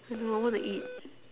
I don't know I want to eat